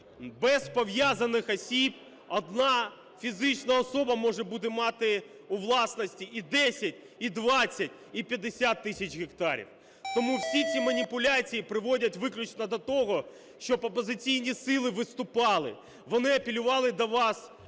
без пов'язаних осіб одна фізична особа може бути мати у власності і 10, і 20, і 59 тисяч гектарів. Тому всі ці маніпуляції призводять виключно до того, щоб опозиційні сили виступали. Вони апелювали до вас,